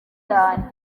cyane